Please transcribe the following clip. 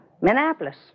Minneapolis